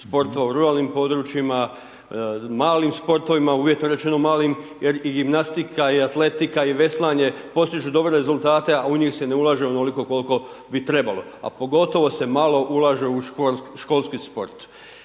sportova u ruralnim područjima, malim sportovima, uvjetno rečeno u malim jer i gimnastika i atletika i veslanje postižu dobre rezultate, a u njih se ne ulaže onoliko koliko bi trebalo. A pogotovo se malo ulaže u školski sport.